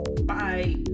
Bye